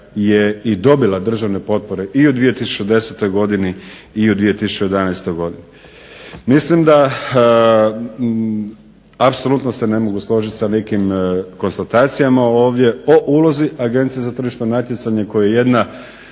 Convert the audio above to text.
je i dobila državne potpore i u 2010. godini i u 2011. godini. Mislim da apsolutno se ne mogu složiti sa nekim konstatacijama ovdje o ulozi Agencije za tržišno natjecanje koje je jedna